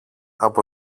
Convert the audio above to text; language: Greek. από